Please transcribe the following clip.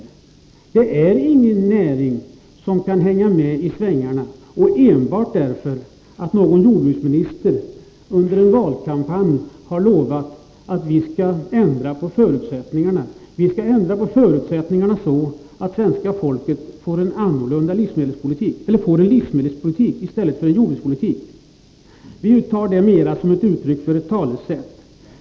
Jordbruket är inte en näring som kan hänga med i de svängar som blir följden av att jordbruksministern under en valkampanj har lovat att förutsättningarna skall ändras, så att svenska folket får en livsmedelspolitik i stället för en jordbrukspolitik. Vi ser det yttrandet mera som ett talesätt.